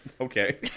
Okay